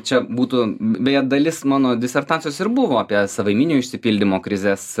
čia būtų beje dalis mano disertacijos ir buvo apie savaiminio išsipildymo krizės